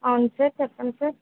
అవును సార్ చెప్పండి సార్